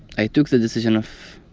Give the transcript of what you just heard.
i took the decision of